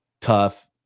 tough